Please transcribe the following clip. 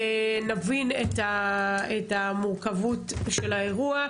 נבין את המורכבות של האירוע,